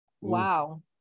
Wow